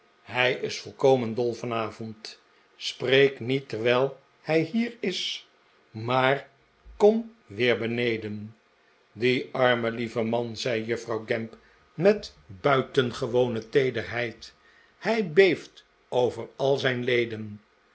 hij is volkomen dol vanavond spreek niet terwijl hij hier is maar kom weer beneden die arme lieve man zei juffrouw gamp met buitengewone teederheid hij beeft over al zijn leden